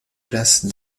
classe